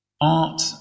art